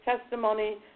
testimony